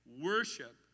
worship